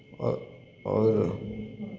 औ आओर